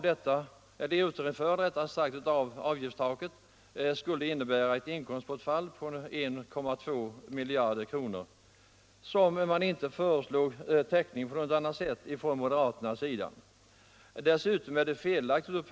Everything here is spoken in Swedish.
Ett återinförande av detta avgiftstak skulle innebära ett inkomstbortfall med 1,2 miljarder kronor. Moderaterna har inte något förslag om hur detta inkomstbortfall skall täckas.